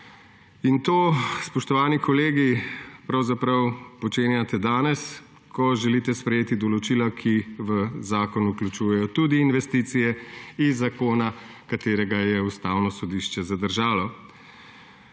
In to, spoštovani kolegi, pravzaprav počenjate danes, ko želite sprejeti določila, ki v zakon vključujejo tudi investicije iz zakona, ki ga je Ustavno sodišče zadržalo.